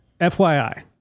FYI